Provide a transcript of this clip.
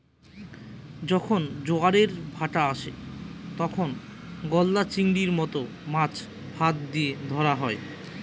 যখন জোয়ারের ভাঁটা আসে, তখন গলদা চিংড়ির মত মাছ ফাঁদ দিয়ে ধরা হয়